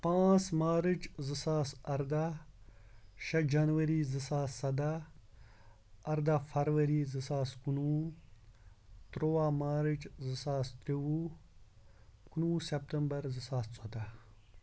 پانٛژھ مارٕچ زٕ ساس اَرداہ شیٚے جَنؤری زٕ ساس سَداہ اَرداہ فَرؤری زٕ ساس کُنوُہ تُرٛواہ مارٕچ زٕ ساس ترٛوٚوُہ کُنوُہ سپتمبَر زٕ ساس ژۄداہ